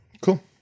Cool